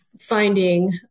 finding